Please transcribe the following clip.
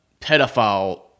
pedophile